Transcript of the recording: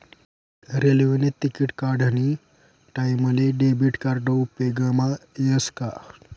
रेल्वेने तिकिट काढानी टाईमले डेबिट कार्ड उपेगमा यस का